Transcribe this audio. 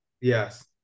Yes